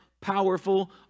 powerful